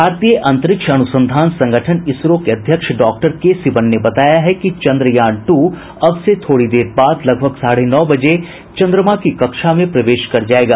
भारतीय अंतरिक्ष अनुसंधान संगठन इसरो के अध्यक्ष डॉक्टर के सिवन ने बताया है कि चंद्रयान ट्र अब से थोड़ी देर बाद लगभग साढ़े नौ बजे चंद्रमा की कक्षा में प्रवेश कर जाएगा